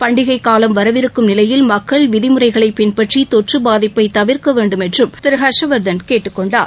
பண்டிகை காவம் வரவிருக்கும் நிலையில் மக்கள் விதிமுறைகளை பின்பற்றி தொற்று பாதிப்பை தவிர்க்க வேண்டும் என்றும் திரு ஹர்ஷ்வர்தன் கேட்டுக் கொண்டார்